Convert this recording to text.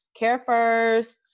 CareFirst